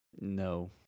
No